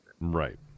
Right